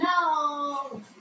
No